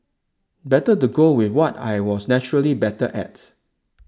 better to go with what I was naturally better at